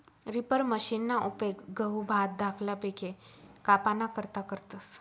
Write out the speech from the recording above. reaper मशिनना उपेग गहू, भात धाकला पिके कापाना करता करतस